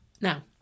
Now